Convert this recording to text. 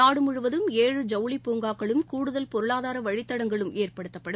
நாடு முழுவதும் ஏழு ஜவுளிக் பூங்காக்களும் கூடுதல் பொருளாதார வழித்தடங்களும் ஏற்படுத்தப்படும்